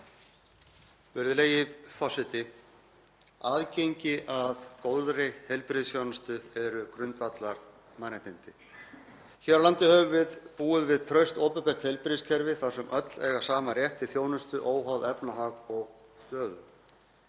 Virðulegi forseti. Aðgengi að góðri heilbrigðisþjónustu eru grundvallarmannréttindi. Hér á landi höfum við búið við traust opinbert heilbrigðiskerfi þar sem öll eiga sama rétt til þjónustu óháð efnahag og stöðu.